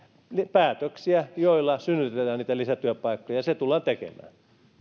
päätöksiä joilla synnytetään niitä lisätyöpaikkoja ja ne tullaan tekemään